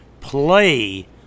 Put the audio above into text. Play